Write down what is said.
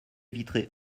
vitrée